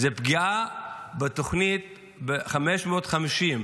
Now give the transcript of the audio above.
פגיעה בתוכנית 550,